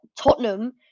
Tottenham